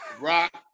Rock